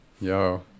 Yo